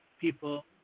people